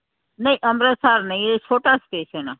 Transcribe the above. ਨਹੀਂ ਅੰਮ੍ਰਿਤਸਰ ਨਹੀਂ ਇਹ ਛੋਟਾ ਸਟੇਸ਼ਨ ਹੈ